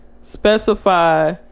specify